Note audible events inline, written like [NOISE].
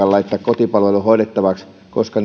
[UNINTELLIGIBLE] laittaa kotipalvelun hoidettavaksi koska [UNINTELLIGIBLE]